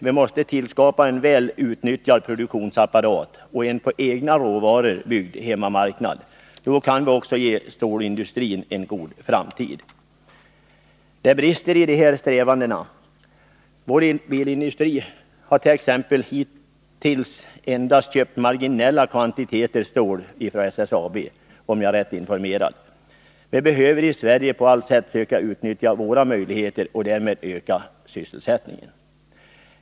Vi måste tillskapa en väl utnyttjad produktionsapparat och en på egna råvaror byggd hemmamarknad. Då kan vi också ge stålindustrin en god framtid. Det brister i dessa strävanden. Vår bilindustri t.ex. har hittills endast köpt marginella kvantiteter stål från SSAB, om jag är rätt informerad. Vi behöver i Sverige på allt sätt söka utnyttja våra möjligheter och därmed kunna öka sysselsättningen.